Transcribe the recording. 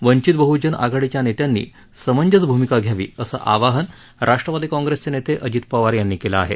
वंचित बहजन आघाडीच्या नेत्यांनी समंजस भूमिका घ्यावी असं आवाहन राष्ट्रवादी काँग्रेस नेते अजित पवार यांनी केलं आहे